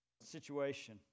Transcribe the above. situation